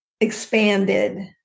expanded